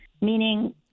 Meaning